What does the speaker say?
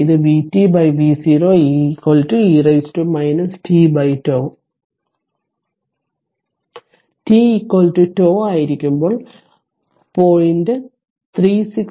ഇത് vtv0 e tτ t τ ആയിരിക്കുമ്പോൾ 0